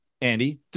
Andy